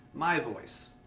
my voice.